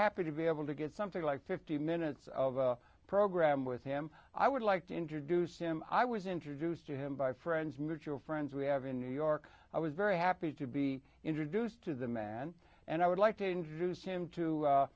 happy to be able to get something like fifty minutes of a program with him i would like to introduce him i was introduced to him by friends mutual friends we have in new york i was very happy to be introduced to the man and i would like to introduce him to